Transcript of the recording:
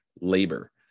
labor